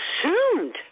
assumed